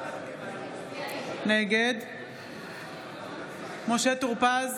נגד משה טור פז,